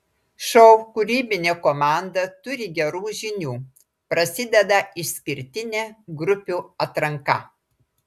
šou kūrybinė komanda turi gerų žinių prasideda išskirtinė grupių atranka